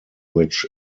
which